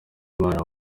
imana